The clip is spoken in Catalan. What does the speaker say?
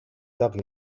toqui